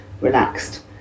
relaxed